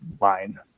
line